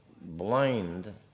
blind